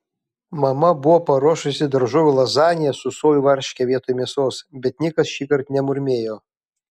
mama buvo paruošusi daržovių lazaniją su sojų varške vietoj mėsos bet nikas šįkart nemurmėjo